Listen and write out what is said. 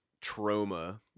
trauma